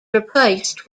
replaced